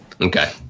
Okay